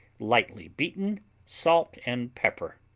lightly beaten salt and pepper